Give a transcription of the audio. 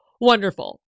wonderful